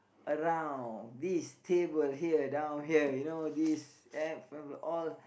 around this table here down here you know this all